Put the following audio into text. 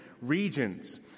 regions